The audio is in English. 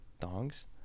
thongs